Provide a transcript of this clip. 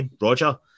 Roger